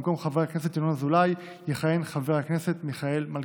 במקום חבר הכנסת ינון אזולאי יכהן חבר הכנסת מיכאל מלכיאלי.